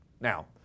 Now